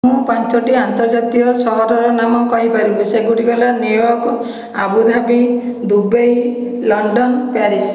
ମୁଁ ପାଞ୍ଚଟି ଆନ୍ତର୍ଜାତୀୟ ସହରର ନାମ କହିପାରିବି ସେଗୁଡ଼ିକ ହେଲା New York Abu Dhabi Dubai London Paris